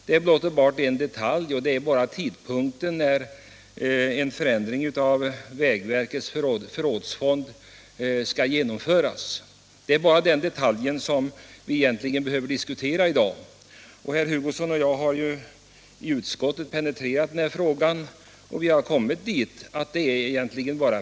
Det är bara en Nr 88 detalj — tidpunkten när en förändring av vägverkets förrådsfond skall Onsdagen den genomföras — som vi behöver diskutera i dag. Herr Hugosson och jag 16 mars 1977 har ju i utskottet penetrerat denna fråga.